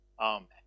Amen